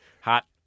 Hot